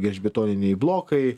gelžbetoniniai blokai